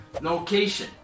Location